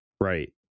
Right